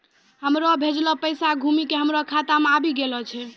हमरो भेजलो पैसा घुमि के हमरे खाता मे आबि गेलो छै